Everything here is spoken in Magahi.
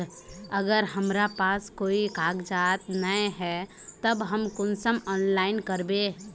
अगर हमरा पास कोई कागजात नय है तब हम कुंसम ऑनलाइन करबे?